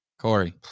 Corey